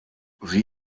sie